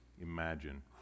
imagine